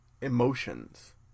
emotions